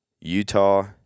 utah